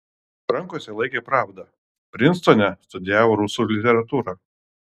rankose laikė pravdą prinstone studijavo rusų literatūrą